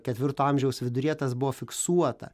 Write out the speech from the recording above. ketvirto amžiaus viduryje tas buvo fiksuota